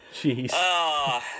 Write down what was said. Jeez